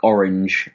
Orange